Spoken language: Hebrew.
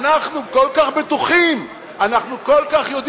אנחנו כל כך בטוחים,